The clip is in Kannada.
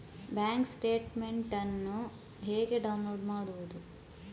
ಬ್ಯಾಂಕ್ ಸ್ಟೇಟ್ಮೆಂಟ್ ಅನ್ನು ಹೇಗೆ ಡೌನ್ಲೋಡ್ ಮಾಡುವುದು?